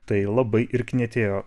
tai labai ir knietėjo